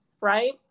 right